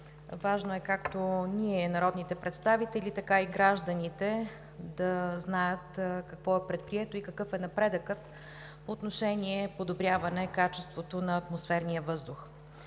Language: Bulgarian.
Важно е, както ние, народните представители, така и гражданите да знаят какво е предприето и какъв е напредъкът по отношение подобряване качеството на атмосферния въздух.